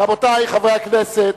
רבותי חברי הכנסת,